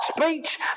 speech